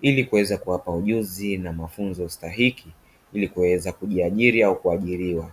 ili kuweza kuwapa ujuzi na mafunzo stahiki ili kuweza kujiajiri au kuajiriwa.